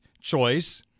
choice